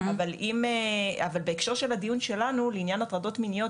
אבל בהקשר של הדיון שלנו לעניין ההטרדות המיניות